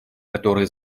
которые